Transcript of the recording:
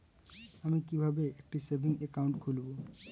আমি কিভাবে একটি সেভিংস অ্যাকাউন্ট খুলব?